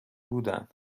بودن